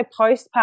postpartum